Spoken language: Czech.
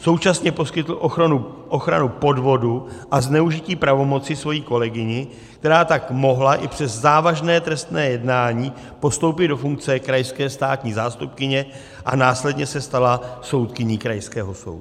Současně poskytl ochranu podvodu a zneužití pravomoci své kolegyni, která tak mohla i přes závažné trestné jednání postoupit do funkce krajské státní zástupkyně a následně se stala soudkyní krajského soudu.